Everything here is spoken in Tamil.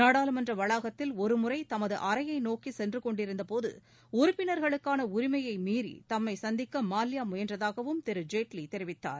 நாடாளுமன்ற வளாகத்தில் ஒரு முறை தமது அறையை நோக்கி சென்றுக்கொண்டிருந்தபோது உறுப்பினர்களுக்கான உரிமையை மீறி தம்மை சந்திக்க மல்லையா முயன்றதாகவும் திரு ஜேட்லி தெரிவித்தார்